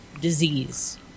disease